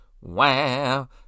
Wow